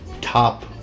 top